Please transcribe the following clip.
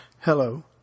Hello